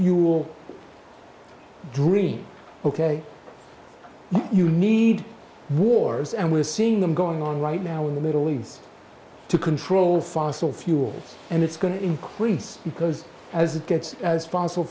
fuel dream ok but you need wars and we're seeing them going on right now in the middle east to control fossil fuels and it's going to increase because as it gets as fossi